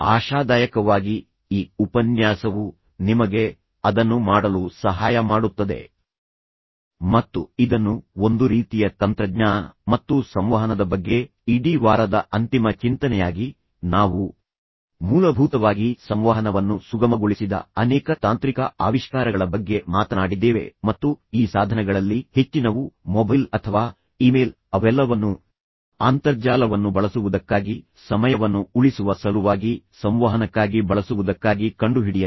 ಆಶಾದಾಯಕವಾಗಿ ಈ ಉಪನ್ಯಾಸವು ನಿಮಗೆ ಅದನ್ನು ಮಾಡಲು ಸಹಾಯ ಮಾಡುತ್ತದೆ ಮತ್ತು ಇದನ್ನು ಒಂದು ರೀತಿಯ ತಂತ್ರಜ್ಞಾನ ಮತ್ತು ಸಂವಹನದ ಬಗ್ಗೆ ಇಡೀ ವಾರದ ಅಂತಿಮ ಚಿಂತನೆಯಾಗಿ ನಾವು ಮೂಲಭೂತವಾಗಿ ಸಂವಹನವನ್ನು ಸುಗಮಗೊಳಿಸಿದ ಅನೇಕ ತಾಂತ್ರಿಕ ಆವಿಷ್ಕಾರಗಳ ಬಗ್ಗೆ ಮಾತನಾಡಿದ್ದೇವೆ ಮತ್ತು ಈ ಸಾಧನಗಳಲ್ಲಿ ಹೆಚ್ಚಿನವು ಮೊಬೈಲ್ ಅಥವಾ ಇಮೇಲ್ ಅವೆಲ್ಲವನ್ನೂ ಅಂತರ್ಜಾಲವನ್ನು ಬಳಸುವುದಕ್ಕಾಗಿ ಸಮಯವನ್ನು ಉಳಿಸುವ ಸಲುವಾಗಿ ಸಂವಹನಕ್ಕಾಗಿ ಬಳಸುವುದಕ್ಕಾಗಿ ಕಂಡುಹಿಡಿಯಲಾಗಿದೆ